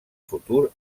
futur